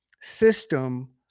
system